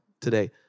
today